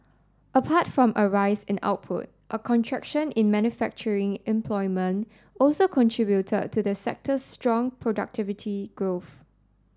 apart from a rise in output a contraction in manufacturing employment also contributed to the sector's strong productivity growth